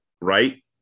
Right